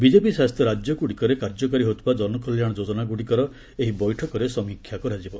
BJP ଶାସିତ ରାଜ୍ୟଗୁଡ଼ିକରେ କାର୍ଯ୍ୟକାରୀ ହେଉଥିବା ଜନକଲ୍ୟାଣ ଯୋଜନାଗ୍ରଡ଼ିକର ଏହି ବୈଠକରେ ସମୀକ୍ଷା କରାଯିବ